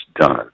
done